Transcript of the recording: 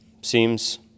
Seems